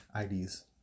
IDs